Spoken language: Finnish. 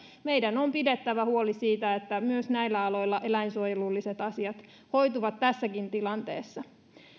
meidän on pidettävä huoli siitä että myös näillä aloilla eläinsuojelulliset asiat hoituvat tässäkin tilanteessa